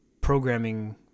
programming